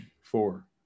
Four